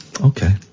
okay